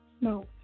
No